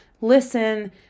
listen